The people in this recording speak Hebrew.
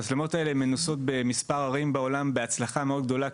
המצלמות האלה מנוסות במספר ערים בעולם בהצלחה מאוד גדולה,